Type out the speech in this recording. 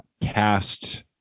cast